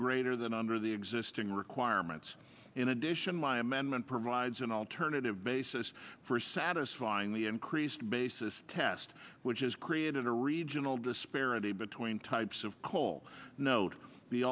greater than under the existing requirements in addition my amendment provides an alternative basis for satisfying the increased basis test which has created a regional disparity between types of coal note the